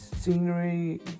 scenery